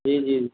जी जी